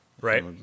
Right